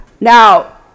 now